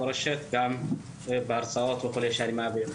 מורשת גם בהרצאות שאני מעביר וכו'.